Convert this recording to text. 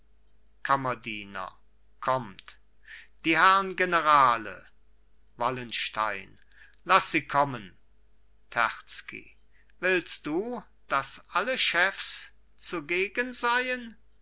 kammerdiener kommt die herrn generale wallenstein laß sie kommen terzky willst du daß alle chefs zugegen seien